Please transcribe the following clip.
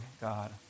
God